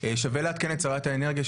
שווה לעדכן את שרת האנרגיה,